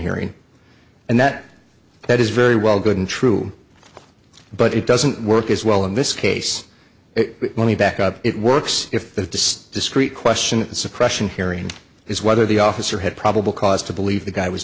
hearing and that that is very well good and true but it doesn't work as well in this case it only back up it works if the discreet question of the suppression hearing is whether the officer had probable cause to believe the guy was